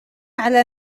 على